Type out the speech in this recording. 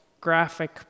graphic